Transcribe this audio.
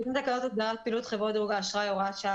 טיוטת תקנות הסדרת פעילות חברות דירוג האשראי (הוראת שעה),